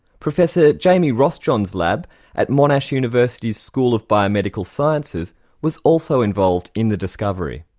professor jamie rossjohn's lab at monash university school of biomedical sciences was also involved in the discovery.